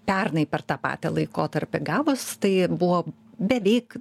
pernai per tą patį laikotarpį gavus tai buvo beveik